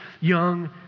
young